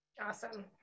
Awesome